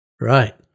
right